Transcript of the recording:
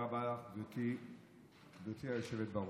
תודה רבה לך, גברתי היושבת בראש.